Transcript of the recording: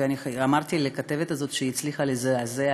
ואמרתי לכתבת הזאת שהיא הצליחה לזעזע